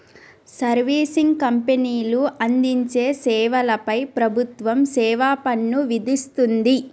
servicing కంపెనీలు అందించే సేవల పై ప్రభుత్వం సేవాపన్ను విధిస్తుంది